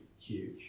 huge